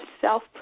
self